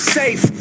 safe